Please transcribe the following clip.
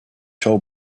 told